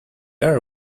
air